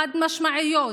חד-משמעיות,